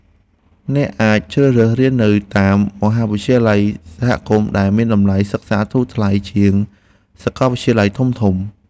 អ្នកអាចជ្រើសរើសរៀននៅតាមមហាវិទ្យាល័យសហគមន៍ដែលមានតម្លៃសិក្សាធូរថ្លៃជាងសាកលវិទ្យាល័យធំៗ។